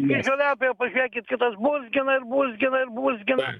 ir žoliapjovę pažiūrėkit kitas buzgina ir buzginai ir buzgina